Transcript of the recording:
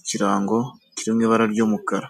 ikirango kiri mu ibara ry'umukara.